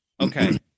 okay